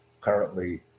currently